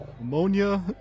ammonia